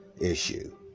issue